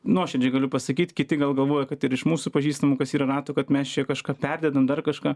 nuoširdžiai galiu pasakyt kiti gal galvoja kad ir iš mūsų pažįstamų kas yra rato kad mes čia kažką perdedam dar kažką